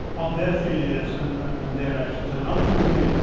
of their failures and and and their actions. i mean ultimately,